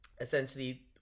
essentially